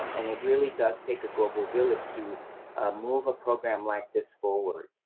um and it really does take a global village to move a program like this forward.